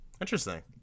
Interesting